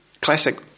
classic